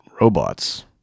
robots